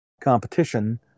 competition